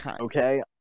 okay